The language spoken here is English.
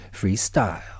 freestyle